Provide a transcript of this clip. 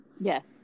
Yes